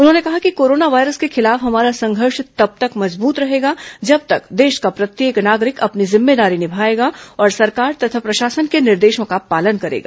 उन्होंने कहा कि कोरोना वायरस के खिलाफ हमारा संघर्ष तब तक मजबूत रहेगा जब तक देश का प्रत्येक नागरिक अपनी जिम्मेदारी निभायेगा और सरकार तथा प्रशासन के निर्देशों का पालन करेगा